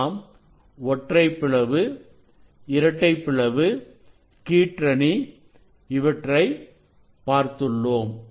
நாம் ஒற்றைப் பிளவு இரட்டைப் பிளவு கீற்றணி இவற்றை பார்த்துள்ளோம்